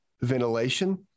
ventilation